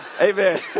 Amen